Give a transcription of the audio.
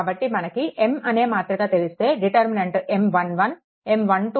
కాబట్టి మనకు M అనే మాతృక తెలిస్తే డిటెర్మినెంట్ M11 M12